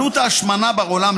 עלות ההשמנה בעולם,